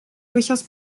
durchaus